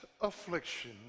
affliction